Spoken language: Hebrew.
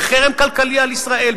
בחרם כלכלי על ישראל,